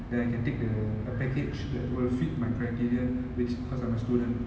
then I can take the uh package that will fit my criteria which because I'm a student